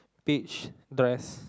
page dress